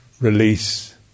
release